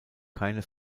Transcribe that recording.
keine